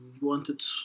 wanted